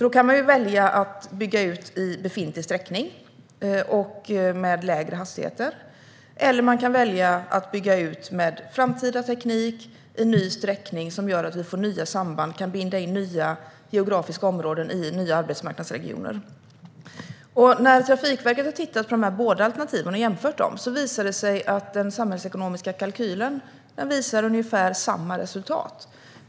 Då kan man välja att bygga ut befintlig sträckning med lägre hastigheter eller välja att bygga ut med framtida teknik och en ny sträckning som gör att vi får nya samband och kan binda in nya geografiska områden i nya arbetsmarknadsregioner. När Trafikverket har tittat på de här båda alternativen och jämfört dem har det visat sig att den samhällsekonomiska kalkylen ger ungefär samma resultat för bägge.